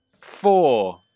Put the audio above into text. Four